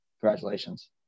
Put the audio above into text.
congratulations